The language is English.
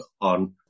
on